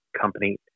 company